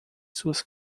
suas